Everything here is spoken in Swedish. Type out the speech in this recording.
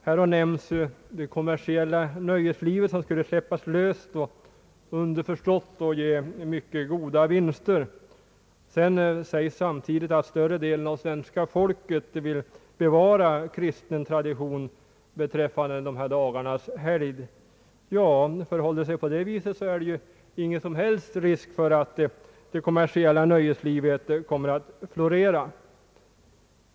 Här har nämnts att det kommersialiserade nöjeslivet skulle släppas loss — vilket underförstått skulle ge mycket goda vinster. Samtidigt har sagts att större delen av svenska folket vill bevara kristen tradition beträffande dessa dagars helgd. Förhåller det sig på det sättet finns ingen som helst risk för att det kommersiella nöjeslivet kommer att florera.